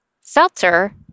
seltzer